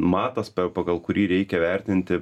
matas pagal kurį reikia vertinti